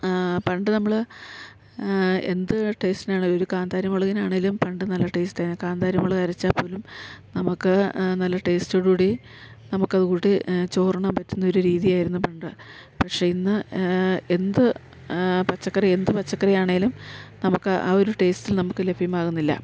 ആ പണ്ട് നമ്മള് എന്ത് ടേസ്റ്റിനാണെലും ഒരു കാന്താരി മുളകിനാണേലും പണ്ട് നല്ല ടേസ്റ്റാണ് കാന്താരി മുളകരച്ചാൽ പോലും നമുക്ക് നല്ല ടേസ്റ്റോട് കൂടി നമുക്കത് കൂട്ടി ചോറുണ്ണാൻ പറ്റുന്നൊരു രീതിയായിരുന്നു പണ്ട് പക്ഷെ ഇന്ന് എന്ത് പച്ചക്കറി എന്ത് പച്ചക്കറിയാണേലും നമുക്ക് ആ ഒരു ടേസ്റ്റിൽ നമുക്ക് ലഭ്യമാകുന്നില്ല